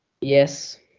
Yes